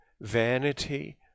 vanity